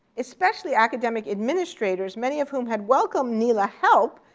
especially academic administrators, many of whom had welcomed nela help,